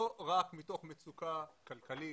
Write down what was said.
לא רק מתוך מצוקה כלכלית,